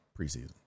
preseason